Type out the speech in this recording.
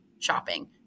shopping